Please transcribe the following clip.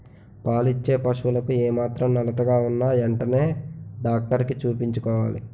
పాలిచ్చే పశువులకు ఏమాత్రం నలతగా ఉన్నా ఎంటనే డాక్టరికి చూపించుకోవాలి